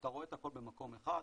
אתה רואה את הכול במקום אחד.